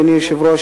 אדוני היושב-ראש,